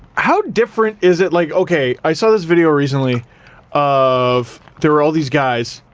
how different is it? like, okay, i saw this video recently of. there were all these guys,